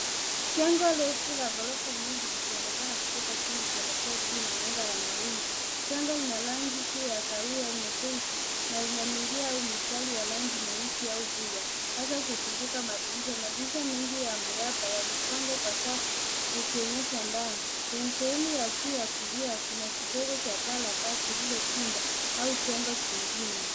Jengo refu la gorofa nyingi likionekana kutoka chini kuelekea juu na anga la mawingu. Jengo lina rangi kuu ya kahawia nyepesi na lina milia au mistari ya rangi nyeusi au giza, hasa kuzunguka madirisha. Madirisha mengi ya mraba yamepangwa kwa safu, yakionyesha ndani. Kwenye sehemu ya juu ya kulia kuna kidogo cha paa la bati lililopinda au jengo jingine.